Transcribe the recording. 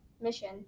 mission